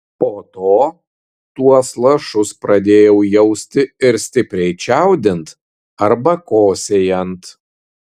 po to tuos lašus pradėjau jausti ir stipriai čiaudint arba kosėjant